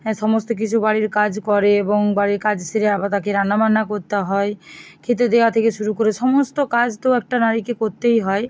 হ্যাঁ সমস্ত কিছু বাড়ির কাজ করে এবং বাড়ির কাজ সেরে আবার তাকে রান্নাবান্না করতে হয় খেতে দেয়া থেকে শুরু করে সমস্ত কাজ তো একটা নারীকে করতেই হয়